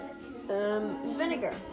vinegar